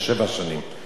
זה הרציונל.